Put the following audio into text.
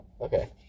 Okay